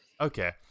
Okay